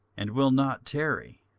and will not tarry.